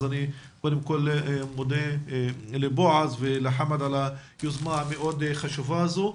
אז אני מודה קודם כל לבועז ולחמד על היוזמה המאוד חשובה הזו.